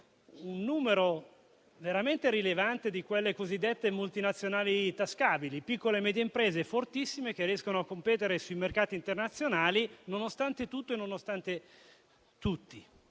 un numero veramente rilevante di cosiddette multinazionali tascabili, piccole e medie imprese fortissime che riescono a competere sui mercati internazionali, nonostante tutto e nonostante tutti,